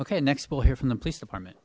okay next we'll hear from the police department